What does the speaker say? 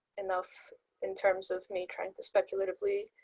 enough in terms of me trying to speculatively